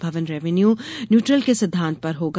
भवन revenue neutral के सिद्वांत पर होगा